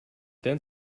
then